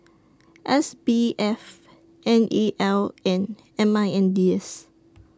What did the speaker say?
S B F N E L and M I N D S